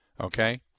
Okay